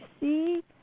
see